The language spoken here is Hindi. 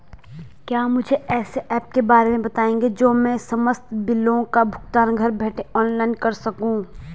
क्या मुझे ऐसे ऐप के बारे में बताएँगे जो मैं समस्त बिलों का भुगतान घर बैठे ऑनलाइन कर सकूँ?